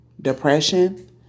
depression